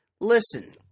Listen